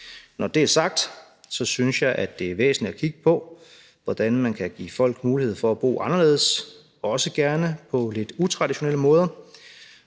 Når det er sagt, synes jeg, det er væsentligt at kigge på, hvordan man kan give folk mulighed for at bo anderledes, også gerne på lidt utraditionelle måder,